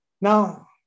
Now